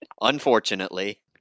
Unfortunately